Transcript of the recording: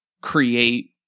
create